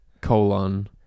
colon